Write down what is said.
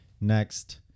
next